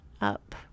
up